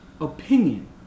opinion